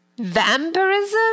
Vampirism